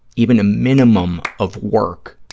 even a minimum of work